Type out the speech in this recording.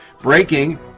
Breaking